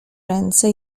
ręce